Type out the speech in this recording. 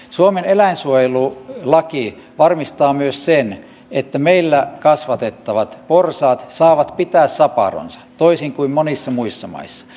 suomen eläinsuojelulaki varmistaa myös sen että meillä kasvatettavat porsaat saavat pitää saparonsa toisin kuin monissa muissa maissa